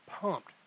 pumped